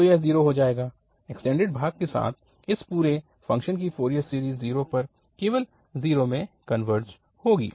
तो यह 0 हो जाएगा एक्सटेंडिड भाग के साथ इस पूरे फ़ंक्शन की फ़ोरियर सीरीज़ 0 पर केवल 0 में कनवर्ज होगी